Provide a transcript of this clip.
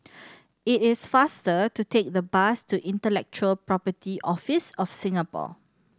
it is faster to take the bus to Intellectual Property Office of Singapore